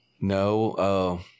No